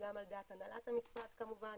היא גם על דעת הנהלת המשרד כמובן,